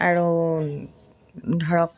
আৰু ধৰক